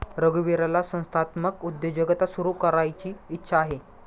रघुवीरला संस्थात्मक उद्योजकता सुरू करायची इच्छा आहे